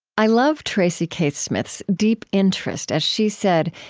i love tracy k. smith's deep interest, as she's said,